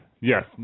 Yes